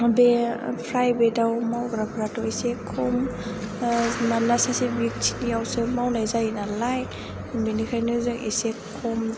बे प्राइभेटआव मावग्राफ्राथ' एसे खम मानोना सासे बेकथिनियावसो मावनाय जायो नालाय बिनिखायनो जों एसे खम